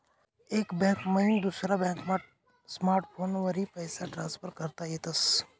एक बैंक मईन दुसरा बॅकमा स्मार्टफोनवरी पैसा ट्रान्सफर करता येतस